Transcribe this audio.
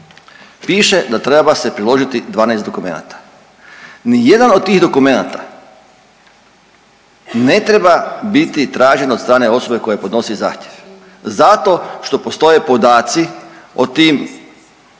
piše da treba se priložiti 12 dokumenata. Nijedan od tih dokumenata ne treba biti tražen od strane osobe koja podnosi zahtjev zato što postoje podaci o tim,